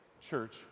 Church